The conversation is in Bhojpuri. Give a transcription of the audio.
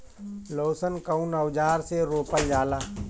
लहसुन कउन औजार से रोपल जाला?